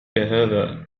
كهذا